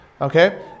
Okay